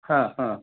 ಹಾಂ ಹಾಂ